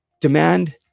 Demand